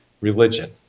religion